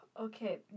Okay